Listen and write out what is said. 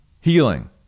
healing